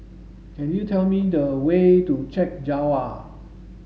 could you tell me the way to Chek Jawa